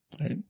Right